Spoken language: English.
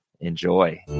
Enjoy